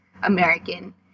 American